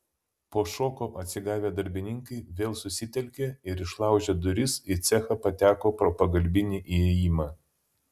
po šoko atsigavę darbininkai vėl susitelkė ir išlaužę duris į cechą pateko pro pagalbinį įėjimą